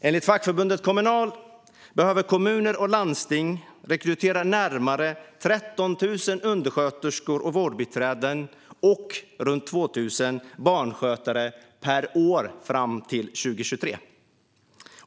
Enligt fackförbundet Kommunal behöver kommuner och landsting rekrytera närmare 13 000 undersköterskor och vårdbiträden och runt 2 000 barnskötare per år fram till 2023.